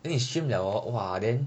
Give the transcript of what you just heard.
then you stream liao orh !wah! then